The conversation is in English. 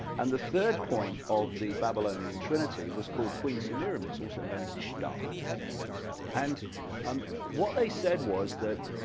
and the third point of the babylonian trinity was called queen samiramis also known as ishtar and um what they said was that,